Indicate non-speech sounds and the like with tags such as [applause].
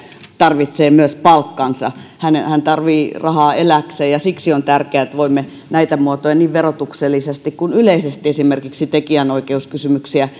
tarvitsee myös palkkansa hän tarvitsee rahaa elääkseen ja siksi on tärkeää että voimme näitä muotoja niin verotuksellisesti kuin yleisesti esimerkiksi tekijänoikeuskysymyksien [unintelligible]